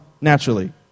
naturally